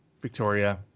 Victoria